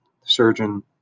surgeon